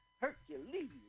Hercules